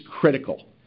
critical